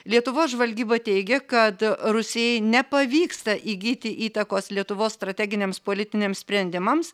lietuvos žvalgyba teigia kad rusijai nepavyksta įgyti įtakos lietuvos strateginiams politiniams sprendimams